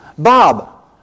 Bob